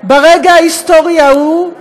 ברגע ההיסטורי ההוא,